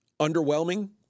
underwhelming